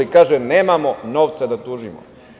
Kažu – nemamo novca da tužimo.